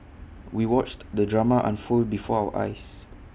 we watched the drama unfold before our eyes